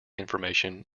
information